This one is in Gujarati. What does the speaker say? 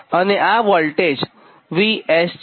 અને આ વોલ્ટેજ VS છે